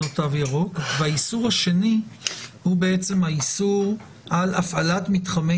לו תו ירוק והאיסור השני הוא האיסור על הפעלת מתחמי